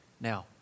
Now